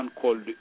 called